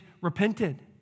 repented